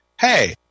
hey